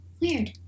weird